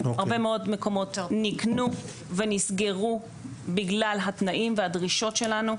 הרבה מאוד מקומות נקנו ונסגרו בגלל התנאים והדרישות שלנו.